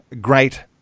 great